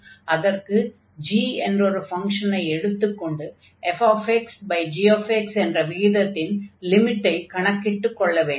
அதற்கு g என்றொரு ஃபங்ஷனை எடுத்துக்கொண்டு fxgx என்ற விகிதத்தின் லிமிட்டை கணக்கிட்டுக் கொள்ள வேண்டும்